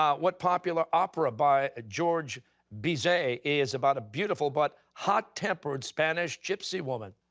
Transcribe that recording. ah what popular opera by georges bizet is about a beautiful but hot-tempered spanish gypsy woman?